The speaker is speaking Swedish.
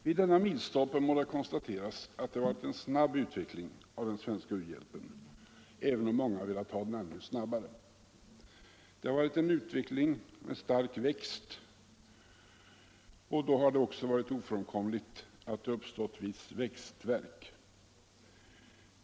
Vid denna milstolpe må det konstateras att det har varit en snabb utveckling av den svenska u-hjälpen, även om många velat ha den ännu snabbare. Det har varit en utveckling med stark växt, och då har det också varit ofrånkomligt att det uppkommit en viss växtvärk.